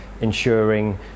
ensuring